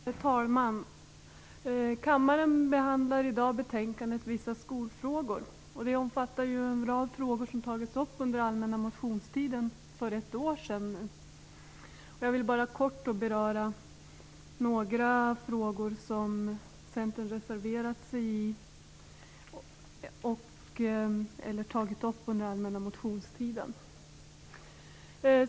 Herr talman! Kammaren behandlar i dag betänkandet Vissa skolfrågor. Det omfattar en rad frågor som har tagits upp under den allmänna motionstiden för ett år sedan. Jag vill bara kort beröra några av dessa frågor som Centern reserverat sig för eller tagit upp under den allmänna motionstiden.